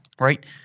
right